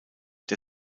der